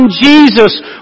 Jesus